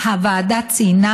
הוועדה ציינה,